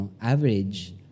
average